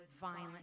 violent